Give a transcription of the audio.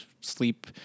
sleep